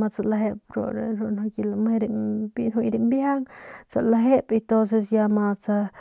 matsalejep ru ki lame rambiajang tsalejep y ya ma tsauits.